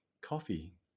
coffee